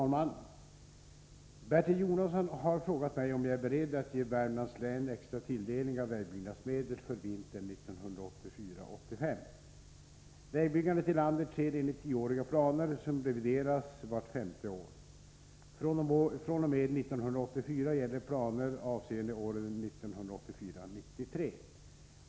Herr talman! Bertil Jonasson har frågat mig om jag är beredd att ge Värmlands län extra tilldelning av vägbyggnadsmedel för vintern 1984/85. Vägbyggandet i landet sker enligt tioåriga planer som revideras vart femte år. fr.o.m. 1984 gäller planer avseende åren 1984-1993.